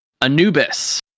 Anubis